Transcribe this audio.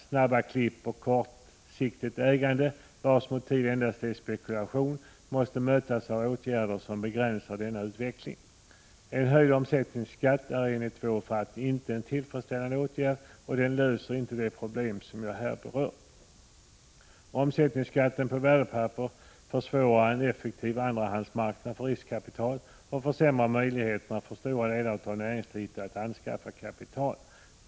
Snabba klipp och kortsiktigt ägande, vars motiv endast är spekulation, måste mötas av åtgärder som begränsar denna utveckling. En höjd omsättningsskatt är enligt vår uppfattning inte en tillfredsställande åtgärd, och den löser inte de problem som jag här berört. Omsättningsskatten på värdepapper gör det svårare att åstadkomma en effektiv andrahandsmarknad för riskkapital och försämrar möjligheterna för stora delar av näringslivet att anskaffa kapital.